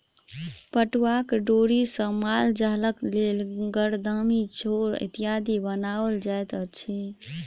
पटुआक डोरी सॅ मालजालक लेल गरदामी, छोड़ इत्यादि बनाओल जाइत अछि